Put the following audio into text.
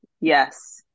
Yes